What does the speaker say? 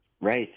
Right